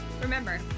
Remember